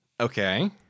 Okay